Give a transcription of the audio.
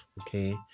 okay